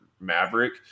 Maverick